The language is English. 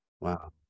wow